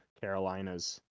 Carolinas